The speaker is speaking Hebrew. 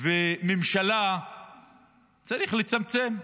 וממשלה צריך לצמצם,